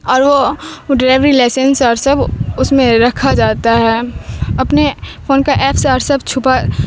اور وہ driving licence اور سب اس میں رکھا جاتا ہے اپنے فون کا ایفس اور سب چھپا